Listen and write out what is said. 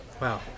Wow